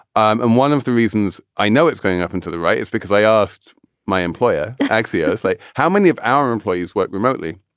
um and one of the reasons i know it's going up into the right is because i asked my employer axios like how many of our employees work remotely?